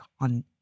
on